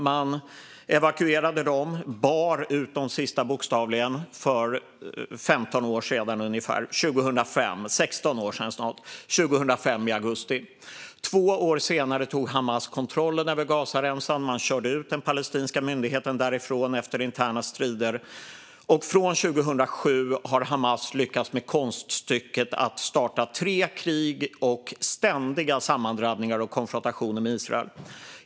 Man evakuerade dem - bokstavligen bar ut de sista - för snart 16 år sedan, i augusti 2005. Två år senare tog Hamas kontrollen över Gazaremsan. Man körde ut den palestinska myndigheten därifrån efter interna strider, och från 2007 har Hamas lyckats med konststycket att starta tre krig och ständiga sammandrabbningar och konfrontationer med Israel.